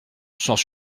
sans